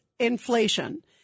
inflation